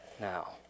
now